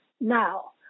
now